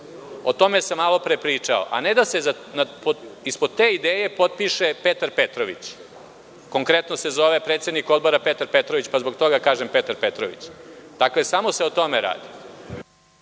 O tome sam malo pre pričao, a ne da se ispod te ideje potpiše Petar Petrović. Konkretno se predsednik Odbora zove Petar Petrović, pa zbog toga kažem Petar Petrović. Dakle, samo se o tome radi.